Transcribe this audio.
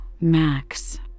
Max